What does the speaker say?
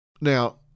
Now